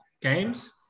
Games